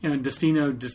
Destino